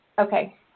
Okay